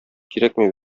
кирәкми